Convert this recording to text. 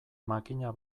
makina